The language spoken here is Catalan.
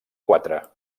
quatre